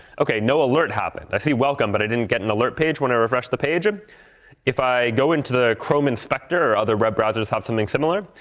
no alert happen. i see welcome, but i didn't get an alert page when i refreshed the page. and if i go into the chrome inspector, or other web browsers have something similar,